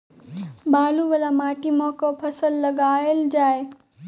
बालू वला माटि मे केँ फसल लगाएल जाए?